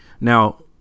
Now